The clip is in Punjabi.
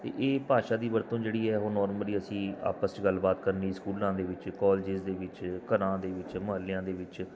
ਅਤੇ ਇਹ ਭਾਸ਼ਾ ਦੀ ਵਰਤੋਂ ਜਿਹੜੀ ਹੈ ਉਹ ਨੋਰਮਲੀ ਅਸੀਂ ਆਪਸ 'ਚ ਗੱਲਬਾਤ ਕਰਨੀ ਸਕੂਲਾਂ ਦੇ ਵਿੱਚ ਕੋਲਜਿਸ ਦੇ ਵਿੱਚ ਘਰਾਂ ਦੇ ਵਿੱਚ ਮੁਹੱਲਿਆਂ ਦੇ ਵਿੱਚ